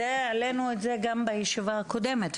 זה היה גם בישיבה הקודמת.